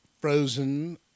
Frozen